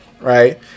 Right